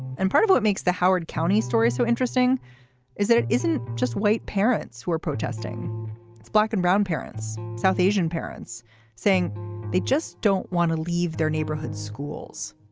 and part of what makes the howard county story so interesting is that it isn't just white parents who are protesting it's black and brown parents south asian parents saying they just don't want to leave their neighborhood schools